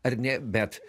ar ne bet